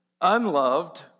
unloved